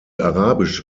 arabisch